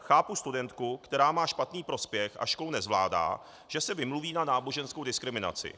Chápu studentku, která má špatný prospěch a školu nezvládá, že se vymluví na náboženskou diskriminaci.